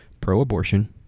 pro-abortion